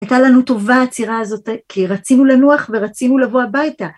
הייתה לנו טובה העצירה הזאת, כי רצינו לנוח ורצינו לבוא הביתה.